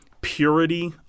purity